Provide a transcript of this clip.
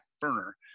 burner